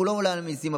הוא לא מעלה מיסים,